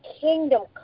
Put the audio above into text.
kingdom